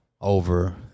over